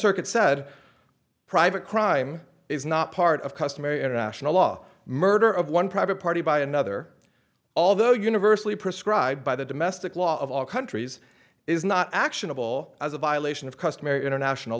circuit said private crime is not part of customary international law murder of one private party by another although universally prescribed by the domestic law of all countries is not actionable as a violation of customary international